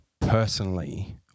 personally